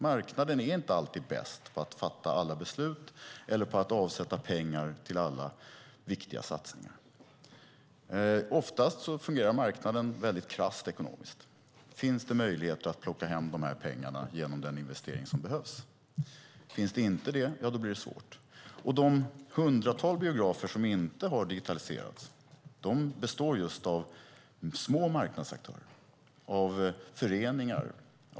Marknaden är inte alltid bäst på att fatta alla beslut eller på att avsätta pengar till alla viktiga satsningar. Oftast fungerar marknaden väldigt krasst ekonomiskt. Finns det möjligheter att plocka hem dessa pengar genom den investering som behövs? Finns det inte det blir det svårt. Det hundratal biografer som inte har digitaliserats är just små marknadsaktörer, till exempel föreningar.